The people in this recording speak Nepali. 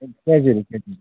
प्राइजहरू